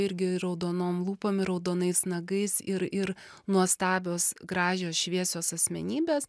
irgi raudonom lūpom ir raudonais nagais ir ir nuostabios gražios šviesios asmenybės